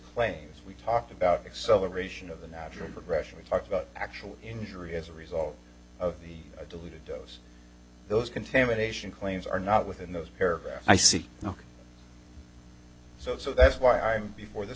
claims we talked about acceleration of the natural progression talked about actual injury as a result of the diluted dose those contamination claims are not within those paragraphs i see no so so that's why i'm before this